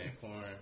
Corn